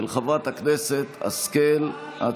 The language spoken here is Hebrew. של חברת הכנסת השכל.